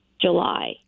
July